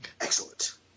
Excellent